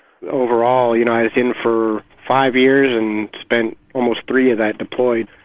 overall you know i was in for five years and spent almost three of that deployed.